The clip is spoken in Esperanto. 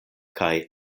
kaj